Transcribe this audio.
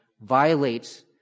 violates